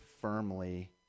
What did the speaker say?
firmly